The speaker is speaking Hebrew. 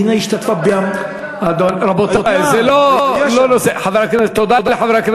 המדינה השתתפה, רבותי, זה לא נושא לדיון.